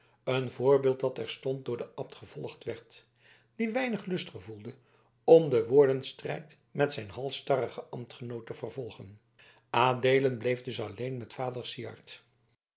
een voorbeeld dat terstond door den abt gevolgd werd die weinig lust gevoelde om den woordenstrijd met zijn halsstarrigen ambtgenoot te vervolgen adeelen bleef dus alleen met vader syard